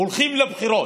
הולכים לבחירות.